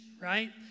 right